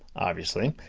obviously,